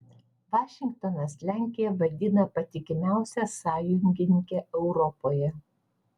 vašingtonas lenkiją vadina patikimiausia sąjungininke europoje